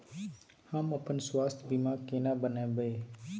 हम अपन स्वास्थ बीमा केना बनाबै?